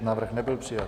Návrh nebyl přijat.